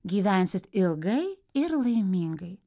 gyvensit ilgai ir laimingai